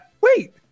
Wait